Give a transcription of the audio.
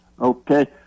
Okay